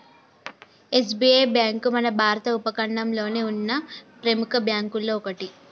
SBI bank మన భారత ఉపఖండంలోనే ఉన్న ప్రెముఖ బ్యేంకుల్లో ఒకటి